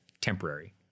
temporary